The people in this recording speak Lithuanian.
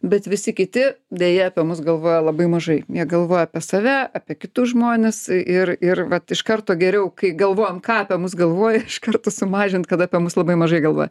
bet visi kiti deja apie mus galvoja labai mažai jie galvoja apie save apie kitus žmones ir ir vat iš karto geriau kai galvojam ką apie mus galvoja iš karto sumažint kad apie mus labai mažai galvoja